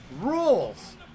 rules